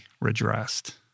redressed